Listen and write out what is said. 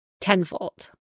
tenfold